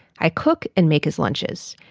i cook and make his lunches.